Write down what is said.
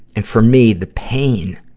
and, for me, the pain,